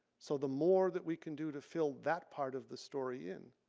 so, the more that we can do to fill that part of the story in,